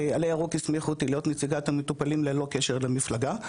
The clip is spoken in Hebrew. עלה ירוק הסמיכו אותי להיות נציגת המטופלים ללא קשר למפלגה,